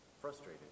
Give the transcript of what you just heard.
frustrated